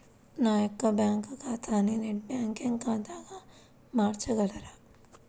నా యొక్క బ్యాంకు ఖాతాని నెట్ బ్యాంకింగ్ ఖాతాగా మార్చగలరా?